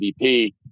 mvp